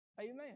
Amen